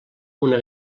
una